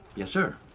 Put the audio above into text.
yes, sir?